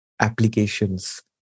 applications